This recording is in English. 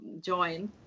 join